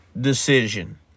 decision